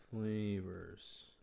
flavors